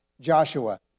Joshua